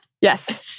Yes